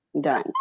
done